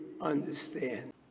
understand